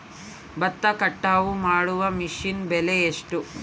ಭತ್ತ ಕಟಾವು ಮಾಡುವ ಮಿಷನ್ ಬೆಲೆ ಎಷ್ಟು?